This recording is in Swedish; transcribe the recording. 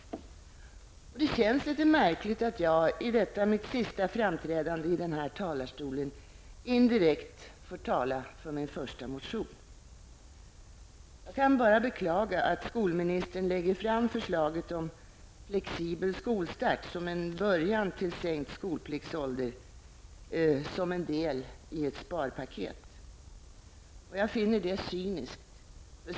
Det känns märkligt att jag i detta mitt sista framträdande i denna talarstol indirekt får tala för min första motion. Jag kan bara beklaga att skolministern lägger fram förslaget om flexibel skolstart som en början till sänkt skolpliktsålder som en del i ett sparpaket. Jag finner det cyniskt.